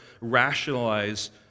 rationalize